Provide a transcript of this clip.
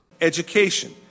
Education